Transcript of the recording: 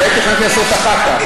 את זה תכננתי לעשות אחר כך.